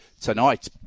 tonight